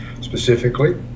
Specifically